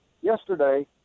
Yesterday